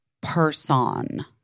person